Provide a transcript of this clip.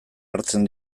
hartzen